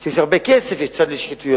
כשיש הרבה כסף יש צד לשחיתויות.